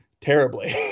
terribly